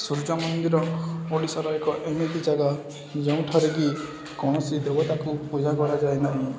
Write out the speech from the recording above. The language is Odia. ସୂର୍ଯ୍ୟ ମନ୍ଦିର ଓଡ଼ିଶାର ଏକ ଏମିତି ଜାଗା ଯେଉଁଠାରେ କି କୌଣସି ଦେବତାକୁ ପୂଜା କରାଯାଏ ନାହିଁ